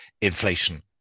inflation